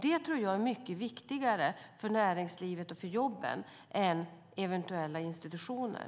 Det tror jag är mycket viktigare för näringslivet och för jobben än eventuella institutioner.